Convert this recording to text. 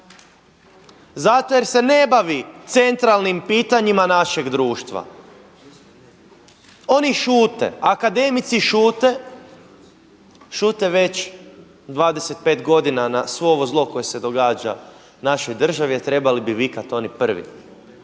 Zato jer se ne bavi centralnim pitanjima našeg društva. Oni šute, akademici šute, šute već 25 godina na svo ovo zlo koje se događa našoj državi a trebali bi vikati oni prvi